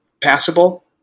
passable